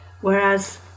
Whereas